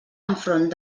enfront